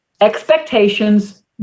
Expectations